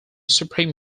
supreme